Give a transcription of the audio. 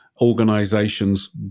organizations